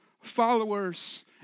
followers